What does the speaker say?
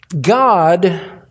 God